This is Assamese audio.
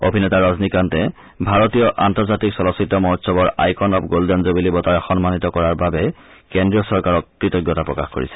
অভিনেতা ৰজনীকান্তে ভাৰতীয় আন্তৰ্জাতিক চলচ্চিত্ৰ মহোৎসৱৰ আইকন অব গোল্ডেন জুবলী বঁটাৰে সন্মানিত কৰাৰ বাবে কেন্দ্ৰীয় চৰকাৰৰ প্ৰতি কৃতঞ্তা প্ৰকাশ কৰিছে